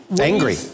Angry